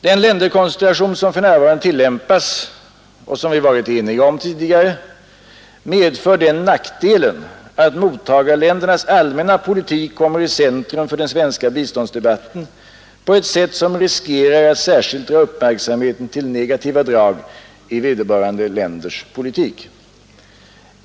Den länderkoncentration som för närvarande tillämpas, och som vi tidigare varit eniga om, medför den nackdelen att mottagarländernas allmänna politik kommer i centrum för den svenska biståndsdebatten på ett sätt som riskerar att särskilt dra uppmärksamheten till negativa drag i vederbörande länders politik.